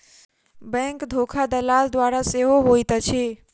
bank धोखा दलाल द्वारा सेहो होइत अछि